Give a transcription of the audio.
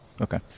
Okay